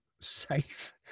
safe